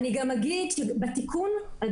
אני גם אגיד שבתיקון האחרון,